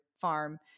farm